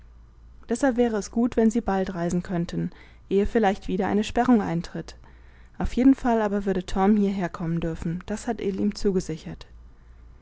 deshalb wäre es gut wenn sie bald reisen könnten ehe vielleicht wieder eine sperrung eintritt auf jeden fall aber würde torm hierherkommen dürfen das hat ill ihm zugesichert